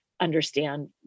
understand